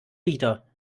wieder